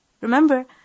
Remember